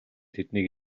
тэднийг